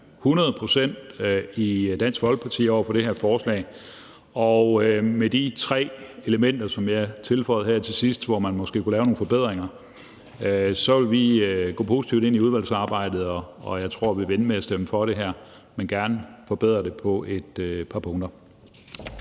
positive i Dansk Folkeparti over for det her forslag. Med de tre elementer, som jeg tilføjede her til sidst, hvor man måske kunne lave nogle forbedringer, vil vi gå positivt ind i udvalgsarbejdet, og jeg tror, vi vil ende med at stemme for det her, men vi vil gerne forbedre det på et par punkter.